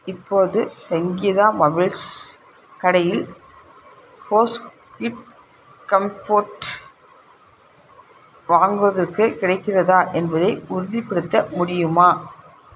இப்போது சங்கீதா மொபைல்ஸ் கடையில் Bose quiet comfort வாங்குவதற்கு கிடைக்கிறதா என்பதை உறுதிப்படுத்த முடியுமா